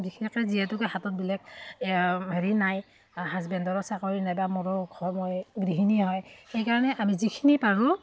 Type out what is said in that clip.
বিশেষকৈ যিহেতুকে হাতত বেলেগ হেৰি নাই হাজবেণ্ডৰো চাকৰি নাইবা মোৰো ঘৰ মই গৃহিণী হয় সেইকাৰণে আমি যিখিনি পাৰোঁ